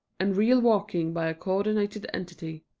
and real walking by a coordinated entity.